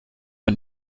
und